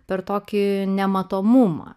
per tokį nematomumą